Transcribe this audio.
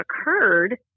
occurred